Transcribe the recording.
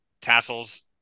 Tassels